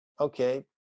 okay